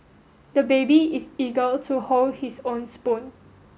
the baby is eager to hold his own spoon